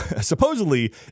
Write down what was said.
Supposedly